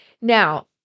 Now